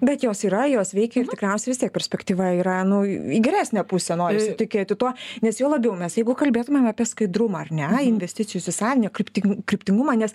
bet jos yra jos veikia ir tikriausiai vis tiek perspektyva yra nu į geresnę pusę norisi tikėti tuo nes juo labiau mes jeigu kalbėtumėm apie skaidrumą ar ne investicijų įsisavinimo kryptin kryptingumą nes